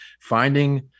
finding